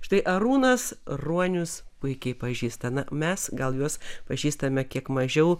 štai arūnas ruonius puikiai pažįsta na mes gal juos pažįstame kiek mažiau